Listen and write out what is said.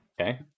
okay